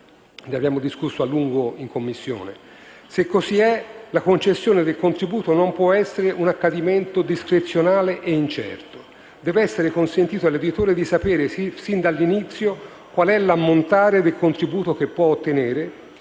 Se così è, la concessione del contributo non può essere un accadimento discrezionale e incerto. Dev'essere consentito all'editore di sapere sin dall'inizio qual è l'ammontare del contributo che può ottenere